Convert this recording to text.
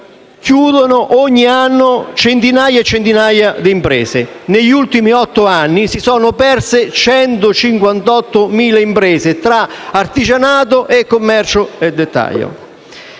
chiudono ogni anno centinaia di imprese. Negli ultimi otto anni si sono perse 158.000 imprese tra artigianato e commercio al dettaglio.